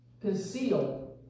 conceal